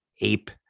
ape